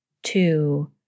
Two